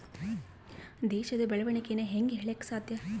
ದೇಶದ ಬೆಳೆವಣಿಗೆನ ಹೇಂಗೆ ಹೇಳಕ ಸಾಧ್ಯ?